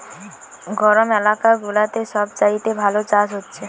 গরম এলাকা গুলাতে সব চাইতে ভালো চাষ হচ্ছে